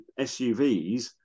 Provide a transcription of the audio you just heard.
SUVs